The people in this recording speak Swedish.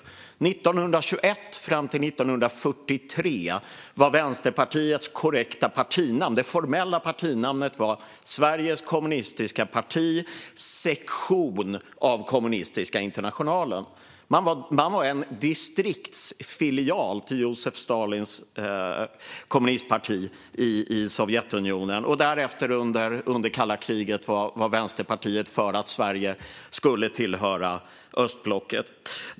Från 1921 fram till 1943 var Vänsterpartiets korrekta, formella partinamn Sveriges Kommunistiska Parti, sektion av Kommunistiska Internationalen. Man var en distriktsfilial till Josef Stalins kommunistparti i Sovjetunionen. Därefter, under kalla kriget, var Vänsterpartiet för att Sverige skulle tillhöra östblocket.